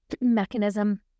mechanism